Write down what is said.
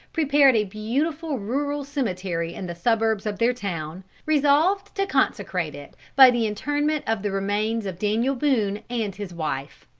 prepared a beautiful rural cemetery in the suburbs of their town, resolved to consecrate it by the interment of the remains of daniel boone and his wife.